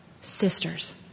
Sisters